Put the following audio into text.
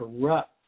corrupt